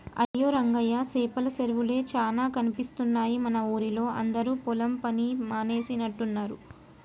అయ్యో రంగయ్య సేపల సెరువులే చానా కనిపిస్తున్నాయి మన ఊరిలా అందరు పొలం పని మానేసినట్టున్నరు